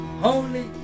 holy